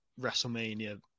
WrestleMania